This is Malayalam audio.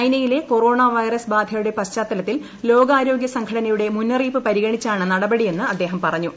ചൈനയിലെ കൊറോണ വൈറസ് ബാധയുടെ പശ്ചാത്തലത്തിൽ ലോകാരോഗൃ സംഘടനയുടെ മുന്നറിയിപ്പ് പരിഗണിച്ചാണ് നടപടിയെന്ന് അദ്ദേഹം പറഞ്ഞു